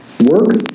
work